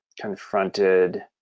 confronted